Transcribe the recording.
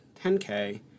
10K